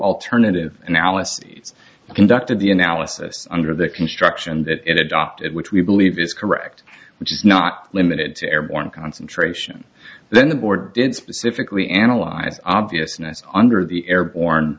alternative analyses conducted the analysis under the construction that it adopted which we believe is correct which is not limited to airborne concentration then the board did specifically analyze obviousness under the airborne